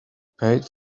paid